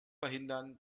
verhindern